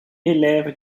élève